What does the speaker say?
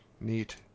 neat